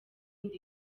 inda